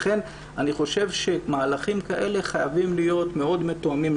לכן אני חושב שמהלכים כאלה חייבים להיות מאוד מתואמים.